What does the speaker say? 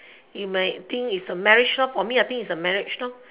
you might think is marriage I think it's marriage lah